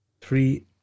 three